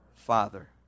Father